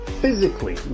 physically